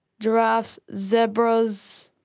giraffes, zebras,